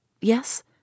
Yes